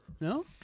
No